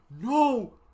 No